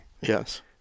Yes